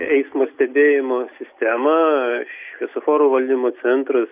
eismo stebėjimo sistemą šviesoforų valdymo centras